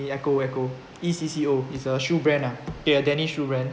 the ecco ecco E C C O is a shoe brand are a tennis shoe brand